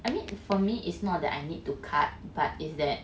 I mean for me is not that I need to cut but is that